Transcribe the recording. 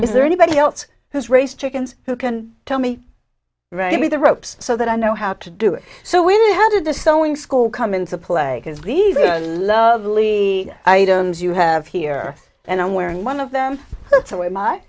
is there anybody else who's raised chickens who can tell me write me the ropes so that i know how to do it so when how did the sewing school come into play is leaving the lovely items you have here and i'm wearing one of them that's a way my